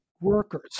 workers